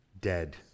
Dead